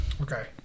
Okay